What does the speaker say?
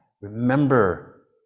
Remember